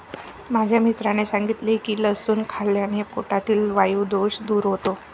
माझ्या मित्राने सांगितले की लसूण खाल्ल्याने पोटातील वायु दोष दूर होतो